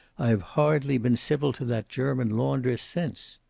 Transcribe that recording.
i have hardly been civil to that german laundress since.